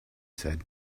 said